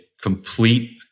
complete